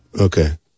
Okay